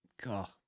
God